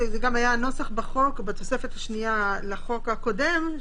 שזה גם היה הנוסח בתוספת השנייה לחוק הקודם,